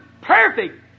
perfect